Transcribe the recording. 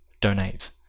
donate